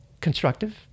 constructive